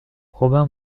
robin